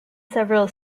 several